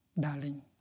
darling